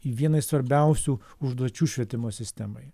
į vieną iš svarbiausių užduočių švietimo sistemai